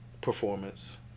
performance